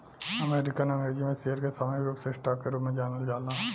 American अंग्रेजी में share के सामूहिक रूप से स्टॉक के रूप में जानल जाला